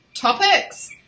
topics